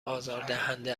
آزاردهنده